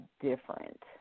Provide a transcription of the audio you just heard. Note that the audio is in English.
different